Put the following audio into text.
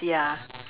ya